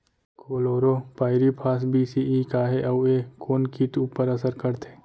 Chlorpyrifos बीस CE का हे अऊ ए कोन किट ऊपर असर करथे?